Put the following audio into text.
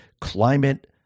climate